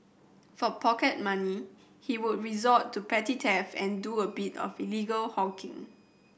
for pocket money he would resort to petty theft and do a bit of illegal hawking